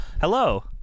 Hello